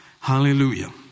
Hallelujah